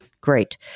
Great